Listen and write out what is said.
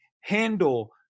handle –